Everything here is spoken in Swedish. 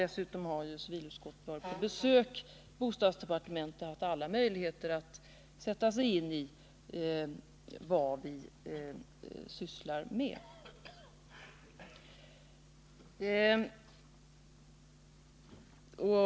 Dessutom har civilutskottet varit på besök i bostadsdepartementet och haft alla möjligheter att sätta sig in i vad vi ägnar oss åt.